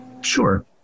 Sure